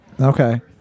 Okay